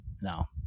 no